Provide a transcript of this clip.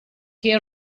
che